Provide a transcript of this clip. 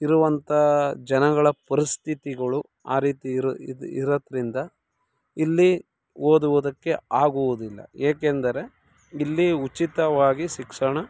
ಇರುವಂಥ ಜನಗಳ ಪರಿಸ್ಥಿತಿಗಳು ಆ ರೀತಿ ಇರೋದರಿಂದ ಇಲ್ಲಿ ಓದುವುದಕ್ಕೆ ಆಗುವುದಿಲ್ಲ ಏಕೆಂದರೆ ಇಲ್ಲಿ ಉಚಿತವಾಗಿ ಶಿಕ್ಷಣ